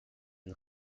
den